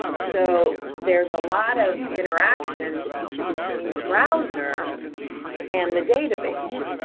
so, there's a lot of interaction between the browser and the database,